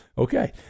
Okay